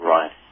Right